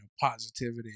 positivity